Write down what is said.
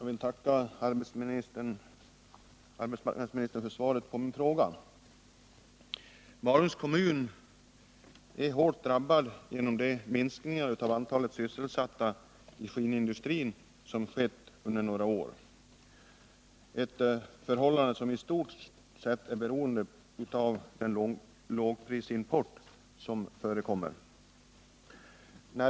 Herr talman! Jag vill tacka arbetsmarknadsministern för svaret på min fråga. Malungs kommun är hårt drabbad genom de minskningar av antalet sysselsatta i skinnindustrin som skett under några år och som i stort sett har berott på den lågprisimport som förekommer.